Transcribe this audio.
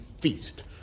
feast